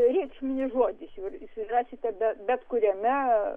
reikšminis žodis jūs ra rasite bet bet kuriame